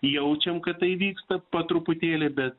jaučiam kad tai vyksta po truputėlį bet